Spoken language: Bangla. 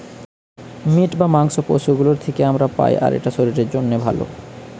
মিট বা মাংস পশু গুলোর থিকে আমরা পাই আর এটা শরীরের জন্যে ভালো